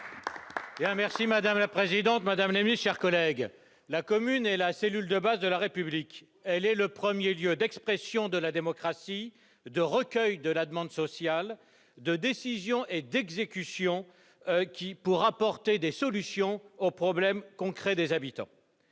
sur l'article unique. Mes chers collègues, la commune est la cellule de base de la République. Elle est le premier lieu d'expression de la démocratie, de recueil de la demande sociale, de décision et d'exécution pour apporter des solutions aux problèmes concrets des habitants.